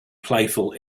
playful